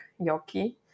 Yoki